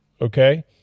okay